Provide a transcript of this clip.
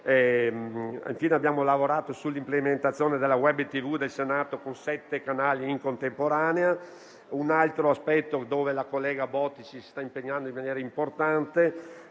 Infine, abbiamo lavorato sull'implementazione della *web* TV del Senato, con sette canali in contemporanea. Un altro aspetto su cui la collega Bottici si sta impegnando in maniera importante